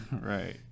Right